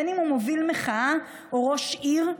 בין שהוא מוביל מחאה או ראש עיר,